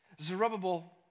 Zerubbabel